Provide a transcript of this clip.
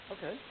Okay